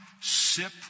sip